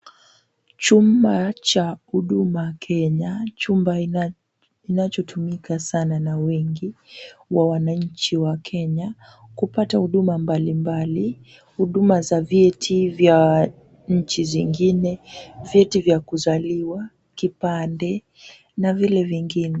Chumba cha Huduma Kenya. Chumba inachotumika sana na wengi wa wananchi wa Kenya kupata huduma mbalimbali, huduma za vyeti vya nchi zingine, vyeti vya kuzaliwa, kipande na vile vingine.